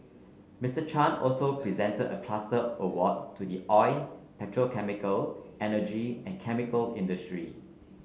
Mister Chan also presented a cluster award to the oil petrochemical energy and chemical industry